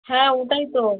হ্যাঁ ওটাই তো